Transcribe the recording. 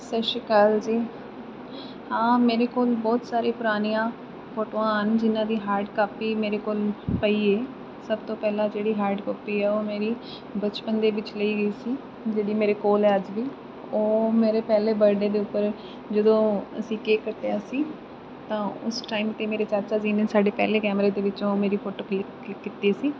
ਸਤਿ ਸ਼੍ਰੀ ਅਕਾਲ ਜੀ ਹਾਂ ਮੇਰੇ ਕੋਲ ਬਹੁਤ ਸਾਰੀਆਂ ਪੁਰਾਣੀਆਂ ਫੋਟੋਆਂ ਹਨ ਜਿਹਨਾਂ ਦੀ ਹਾਰਡ ਕਾਪੀ ਮੇਰੇ ਕੋਲ ਪਈ ਹੈ ਸਭ ਤੋਂ ਪਹਿਲਾਂ ਜਿਹੜੀ ਹਾਰਡ ਕਾਪੀ ਆ ਉਹ ਮੇਰੀ ਬਚਪਨ ਦੇ ਵਿੱਚ ਲਈ ਗਈ ਸੀ ਜਿਹੜੀ ਮੇਰੇ ਕੋਲ ਹੈ ਅੱਜ ਵੀ ਉਹ ਮੇਰੇ ਪਹਿਲੇ ਬਰਥਡੇ ਦੇ ਉੱਪਰ ਜਦੋਂ ਅਸੀਂ ਕੇਕ ਕੱਟਿਆ ਸੀ ਤਾਂ ਉਸ ਟਾਈਮ 'ਤੇ ਮੇਰੇ ਚਾਚਾ ਜੀ ਨੇ ਸਾਡੇ ਪਹਿਲੇ ਕੈਮਰੇ ਦੇ ਵਿੱਚੋਂ ਮੇਰੀ ਫੋਟੋ ਕਲਿਕ ਕਲਿਕ ਕੀਤੀ ਸੀ